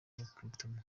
recruitment